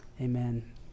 amen